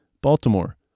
Baltimore